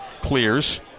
clears